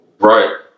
Right